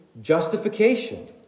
justification